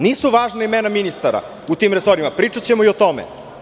Nisu važna imena ministara u tim resorima, pričaćemo i o tome.